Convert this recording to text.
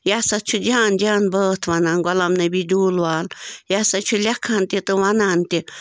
یہِ ہسا چھُ جان جان بٲتھ وَنان غلام نبی ڈوٗل وال یہِ ہسا چھُ لٮ۪کھان تہِ تہٕ وَنان تہِ